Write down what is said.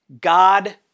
God